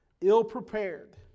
ill-prepared